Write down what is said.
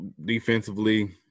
defensively